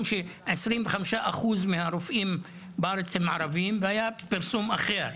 שכ-25% מהרופאים בארץ הם ערבים והיה פרסום אחר,